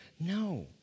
No